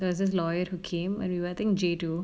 there is this lawyer who came and I think J two